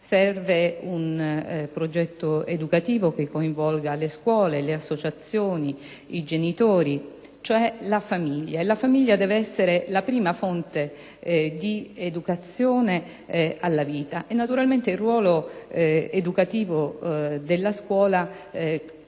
Serve un progetto educativo che coinvolga scuole, associazioni, genitori; in sostanza la famiglia. La famiglia deve essere la prima fonte di educazione alla vita e, naturalmente, il ruolo educativo della scuola è